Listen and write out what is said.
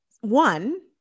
One